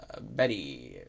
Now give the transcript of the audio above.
Betty